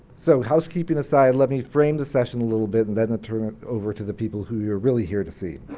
so housekeeping aside, let me frame the session a little bit and then turn it over to the people who you're really here to see.